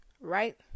right